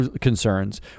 concerns